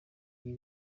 ibi